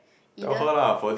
either